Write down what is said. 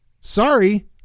Sorry